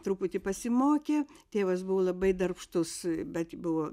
truputį pasimokė tėvas buvo labai darbštus bet buvo